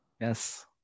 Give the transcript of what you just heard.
Yes